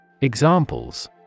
Examples